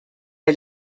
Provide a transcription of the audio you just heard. der